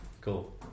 cool